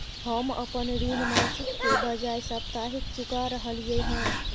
हम अपन ऋण मासिक के बजाय साप्ताहिक चुका रहलियै हन